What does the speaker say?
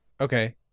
Okay